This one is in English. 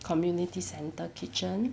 community centre kitchen